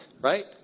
right